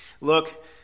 Look